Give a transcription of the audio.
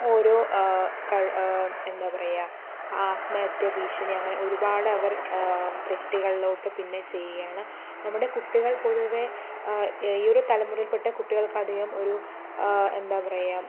ഓരോ എന്താ പറയുക ആത്മഹത്യ ഭീഷണി അങ്ങനെ ഒരുപാട് അവർ തെറ്റുകളിലോട്ട് പിന്നെ ചെയ്യുകയാണ് നമ്മുടെ കുട്ടികൾ പൊതുവേ ഈ ഒരു തലമുറയിൽപ്പെട്ട കുട്ടികൾക്കധികം ഒരു എന്താ പറയുക